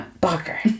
Barker